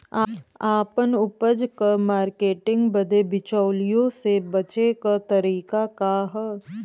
आपन उपज क मार्केटिंग बदे बिचौलियों से बचे क तरीका का ह?